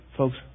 Folks